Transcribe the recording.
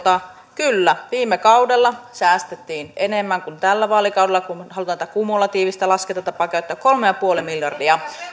kyllä viime kaudella säästettiin enemmän kuin tällä vaalikaudella kun halutaan tätä kumulatiivista laskentatapaa käyttää kolme pilkku viisi miljardia